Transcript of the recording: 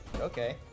okay